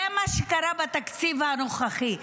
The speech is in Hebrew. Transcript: זה מה שקרה בתקציב הנוכחי.